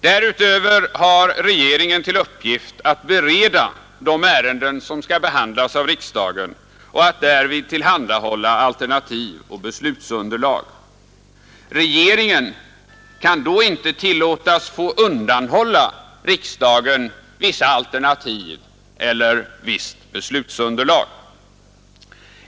Därutöver har regeringen till uppgift att bereda de ärenden som skall behandlas av riksdagen och att därvid tillhandahålla alternativ och beslutsunderlag. Regeringen kan då inte tillåtas att undanhålla riksdagen vissa alternativ eller visst beslutsunderlag.